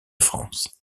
france